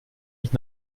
ich